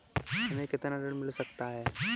हमें कितना ऋण मिल सकता है?